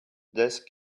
these